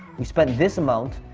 we spent this amount,